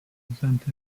presented